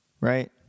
Right